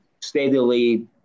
steadily